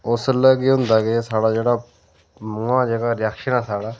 उस्सलै केह् हुंदा के साढ़ा जेह्ड़ा मूंहा दा जेह्ड़ा रिएक्शन ऐ साढ़ा